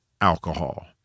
alcohol